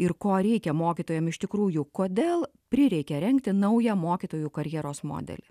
ir ko reikia mokytojam iš tikrųjų kodėl prireikė rengti naują mokytojų karjeros modelį